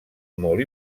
molt